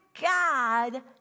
God